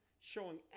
showing